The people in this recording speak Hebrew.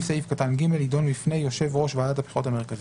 סעיף קטן (ג) ידון בפני יושב ראש ועדת הבחירות המרכזית,